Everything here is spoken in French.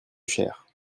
chère